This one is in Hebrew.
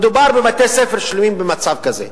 מדובר בבתי-ספר שלמים במצב כזה.